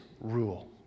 rule